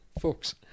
folks